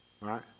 Right